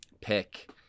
pick